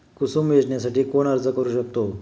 कुसुम योजनेसाठी कोण अर्ज करू शकतो?